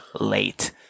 late